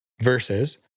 versus